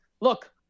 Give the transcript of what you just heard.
look